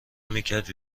میکرد